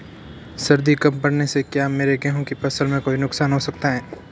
सर्दी कम पड़ने से क्या मेरे गेहूँ की फसल में कोई नुकसान हो सकता है?